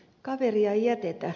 kaveria ei jätetä